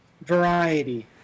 variety